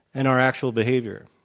and our actual behavior.